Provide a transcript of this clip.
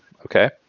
Okay